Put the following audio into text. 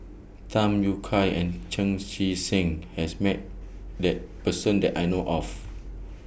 Tham Yui Kai and Chan Chee Seng has Met that Person that I know of